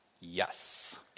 Yes